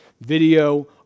video